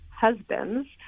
husbands